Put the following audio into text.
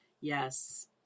yes